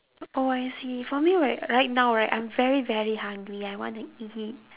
oh I see for me right right now right I'm very very hungry I want to eat